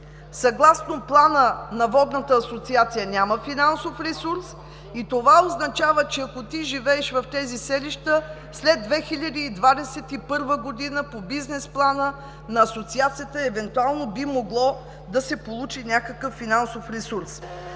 Съгласно плана на Водната асоциация няма финансов ресурс и това означава, че ако ти живееш в тези селища след 2021 г., по бизнес плана на Асоциацията евентуално би могло да се получи някакъв финансов ресурс.